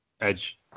Edge